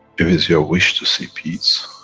if it's your wish to see peace,